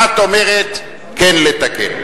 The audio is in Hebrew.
אחד אומר כן לתקן.